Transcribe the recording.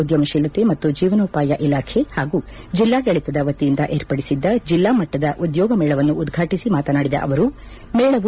ಉದ್ಯಮತೀಲತೆ ಮತ್ತು ಜೀವನೋಪಾಯ ಇಲಾಖೆ ಹಾಗೂ ಜಿಲ್ಲಾಡಳಿತದ ವತಿಯಿಂದ ಏರ್ಪಡಿಸಿದ್ದ ಜಲ್ಲಾ ಮಟ್ಟದ ಉದ್ಯೋಗ ಮೇಳವನ್ನು ಉದ್ಯಾಟಿಸಿ ಮಾತನಾಡಿದ ಅವರು ಮೇಳವು